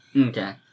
Okay